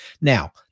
now